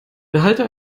behalte